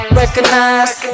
recognize